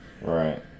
Right